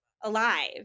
alive